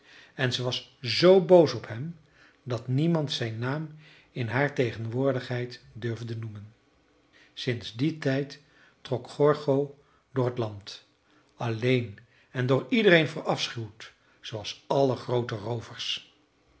en ze was z boos op hem dat niemand zijn naam in haar tegenwoordigheid durfde noemen sinds dien tijd trok gorgo door het land alleen en door iedereen verafschuwd zooals alle groote roovers